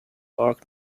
arc